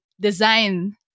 design